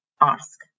ask